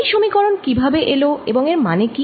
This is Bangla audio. এই সমীকরণ কিভাবে এলো এবং এর মানে কি